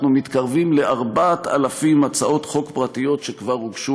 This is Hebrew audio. אנחנו מתקרבים ל-4,000 הצעות חוק פרטיות שכבר הוגשו,